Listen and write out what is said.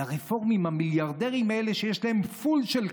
לרפורמים המיליארדרים האלה, שיש להם פול של כסף,